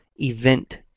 event